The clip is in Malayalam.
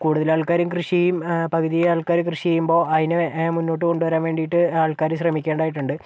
കൂടുതലാൾക്കാരും കൃഷി പകുതി ആൾക്കാരും കൃഷി ചെയ്യുമ്പോൾ അതിന് മുൻപോട്ട് കൊണ്ട് വരാൻ വേണ്ടിയിട്ട് ആൾക്കാർ ശ്രമിക്കേണ്ടതായിട്ടുണ്ട്